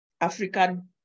African